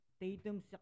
Tatum